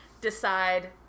Decide